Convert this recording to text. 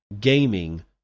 gaming